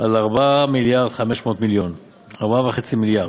על 4.5 מיליארד שקלים.